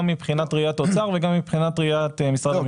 גם מבחינת ראיית האוצר וגם מבחינת ראיית משרד המשפטים.